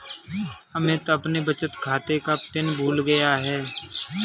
अमित अपने बचत खाते का पिन भूल गया है